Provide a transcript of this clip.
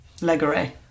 Legere